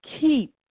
keep